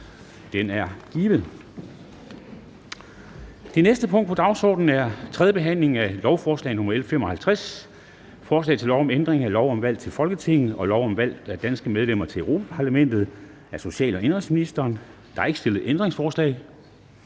Det er givet. --- Det næste punkt på dagsordenen er: 2) 3. behandling af lovforslag nr. L 55: Forslag til lov om ændring af lov om valg til Folketinget og lov om valg af danske medlemmer til Europa-Parlamentet. (Ny procedure for indsamling af vælgererklæringer